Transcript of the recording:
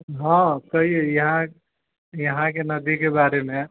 हॅ कहिये यहाॅंके नदीके बारेमे